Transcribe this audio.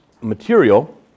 material